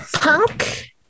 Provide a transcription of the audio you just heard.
punk